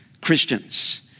Christians